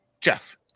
Jeff